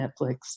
Netflix